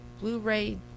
Blu-ray